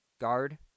Guard